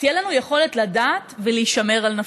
תהיה לנו יכולת לדעת ולהישמר על נפשנו.